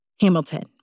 Hamilton